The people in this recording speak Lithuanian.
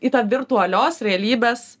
į tą virtualios realybės